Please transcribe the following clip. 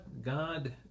God